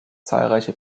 zahlreiche